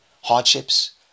hardships